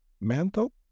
mental